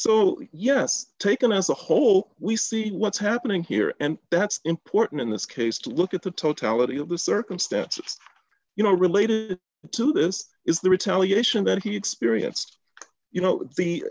so yes taken as a whole we see what's happening here and that's important in this case to look at the totality of the circumstances you know related to this is the retaliation that